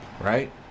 Right